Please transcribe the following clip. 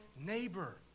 neighbor